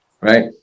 right